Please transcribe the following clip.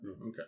Okay